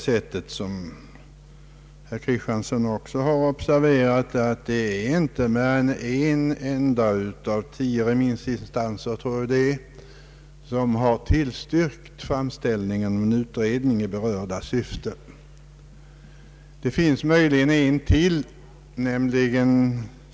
Som herr Kristiansson också har observerat är det inte mer än en enda av tio remissinstanser som har tillstyrkt framställningen om en utredning i berörda syfte.